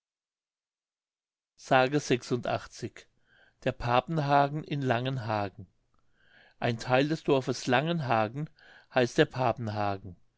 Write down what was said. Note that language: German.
s der papenhagen in langenhagen ein theil des dorfes langenhagen heißt der